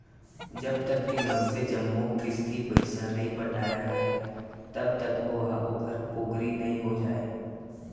जब तक के मनसे जम्मो किस्ती पइसा नइ पटाय राहय तब तक ओहा ओखर पोगरी नइ हो जाय